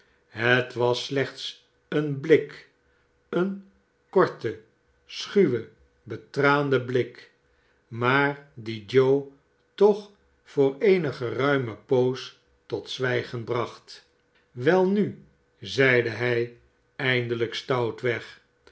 het was slechts een blik r een korte schuwe betraande blik maar die joe toch voor eene geruime poos tot zwijgen bracht welnu zeide hij eindelijk stoutweg